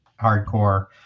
hardcore